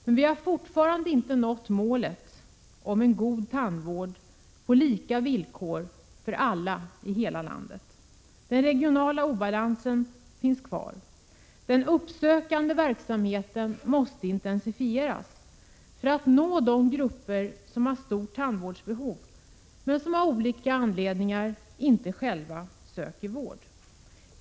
Men vi har ännu inte nått målet: en god tandvård på lika villkor för alla i hela landet. Den regionala obalansen är fortfarande alltför stor. Den uppsökande verksamheten måste intensifieras för att tandvården skall nå de grupper som har stort tandvårdsbehov men som av olika anledningar inte själva söker vård.